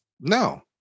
No